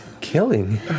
Killing